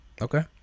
okay